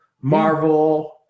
Marvel